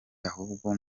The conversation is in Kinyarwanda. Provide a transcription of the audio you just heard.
ahubwo